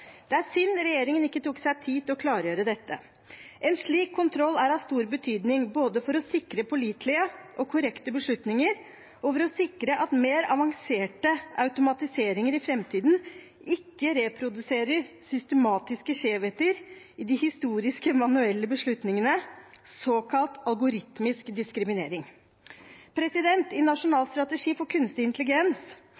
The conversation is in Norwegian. Det er synd regjeringen ikke tok seg tid til å klargjøre dette. En slik kontroll er av stor betydning, både for å sikre pålitelighet og korrekte beslutninger, og for å sikre at mer avanserte automatiseringer i framtiden ikke reproduserer systematiske skjevheter i de historisk manuelle beslutningene, såkalt algoritmisk diskriminering. I Nasjonal